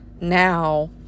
now